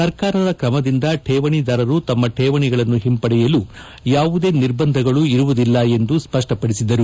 ಸರ್ಕಾರದ ಕ್ರಮದಿಂದ ಕೇವಣಿದಾರರು ತಮ್ನ ಕೇವಣಿಗಳನ್ನು ಹಿಂಪಡೆಯಲು ಯಾವುದೇ ನಿರ್ಬಂಧಗಳು ಇರುವುದಿಲ್ಲ ಎಂದು ಸ್ವಷ್ಟಪಡಿಸಿದರು